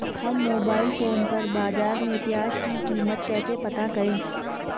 हम mobile phone पर बाज़ार में प्याज़ की कीमत कैसे पता करें?